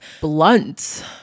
blunt